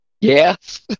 yes